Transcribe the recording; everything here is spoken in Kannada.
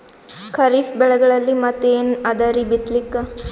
ಖರೀಫ್ ಬೆಳೆಗಳಲ್ಲಿ ಮತ್ ಏನ್ ಅದರೀ ಬಿತ್ತಲಿಕ್?